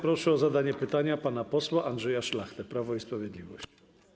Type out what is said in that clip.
Proszę o zadanie pytania pana posła Andrzeja Szlachtę, Prawo i Sprawiedliwość.